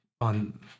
on